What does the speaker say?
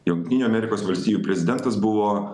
jungtinių amerikos valstijų prezidentas buvo